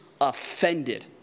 offended